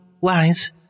wise